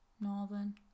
Northern